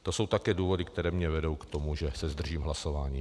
To jsou také důvody, které mě vedou k tomu, že se zdržím hlasování.